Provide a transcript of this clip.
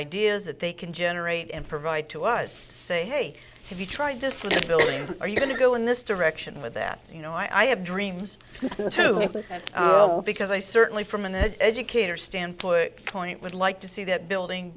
ideas that they can generate and provide to us say hey have you tried this with the building are you going to go in this direction with that you know i have dreams too because i certainly from an educator stand point would like to see that building